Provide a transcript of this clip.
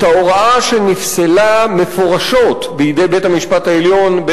את ההוראה שנפסלה מפורשות בידי בית-המשפט העליון,